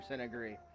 agree